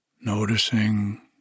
Noticing